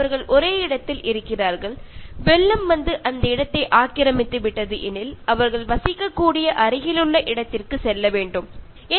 അവർ ഇന്ന് താമസിക്കുന്ന സ്ഥലത്ത് വെള്ളപ്പൊക്കം ഉണ്ടായി ആ സ്ഥലം നഷ്ടപ്പെട്ടാൽ അവർക്ക് താമസിക്കാൻ കഴിയുന്ന മറ്റൊരു സ്ഥലത്തേക്ക് പോകേണ്ടി വരുന്നു